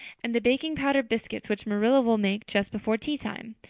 and the baking-powder biscuits which marilla will make just before teatime.